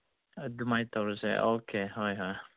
ꯑꯗꯨꯃꯥꯏꯅ ꯇꯧꯔꯁꯦ ꯑꯣꯀꯦ ꯍꯣꯏ ꯍꯣꯏ